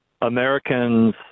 Americans